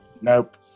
Nope